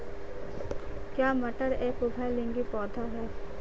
क्या मटर एक उभयलिंगी पौधा है?